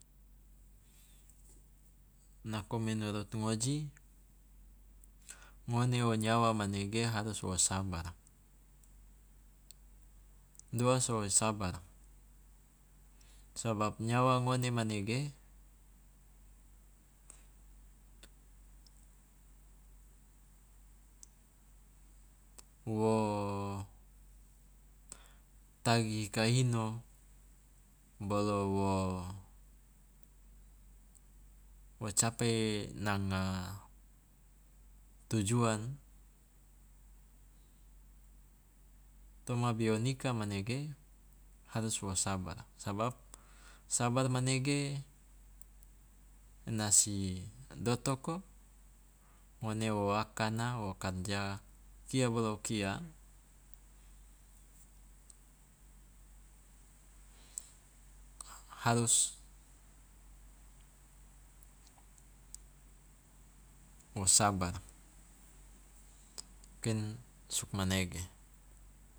Nako menurut ngoji, ngone o nyawa manege harus wo sabar, doa so o sabar? Sabab nyawa ngone manege wo tagi hika hino bolo wo wo capai nanga tujuan toma bionika manege harus wo sabar sabab sabar manege ena si dotoko ngone wo akana wo karja kia bolo kia harus wo sabar, mungkin sugmanege.